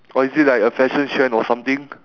or is it like a fashion trend or something